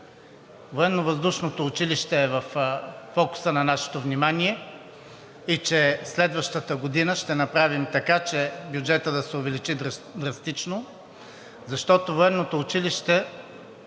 Военновъздушното училище е във фокуса на нашето внимание и че следващата година ще направим така, че бюджетът да се увеличи драстично, защото Военновъздушното училище